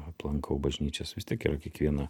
aplankau bažnyčias vis tiek yra kiekviena